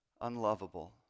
unlovable